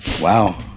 wow